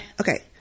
Okay